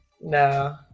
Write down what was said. no